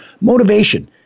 Motivation